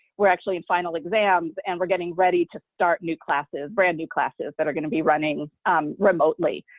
we're actually in final exams, and we're getting ready to start new classes, brand new classes that are going to be running remotely,